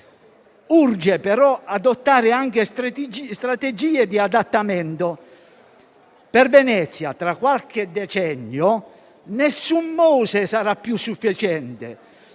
Urge, però, adottare anche strategie di adattamento. Per Venezia tra qualche decennio nessun Mose sarà più sufficiente.